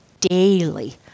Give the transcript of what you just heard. Daily